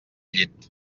llit